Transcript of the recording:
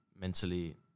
mentally